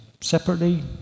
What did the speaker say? separately